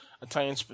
Italian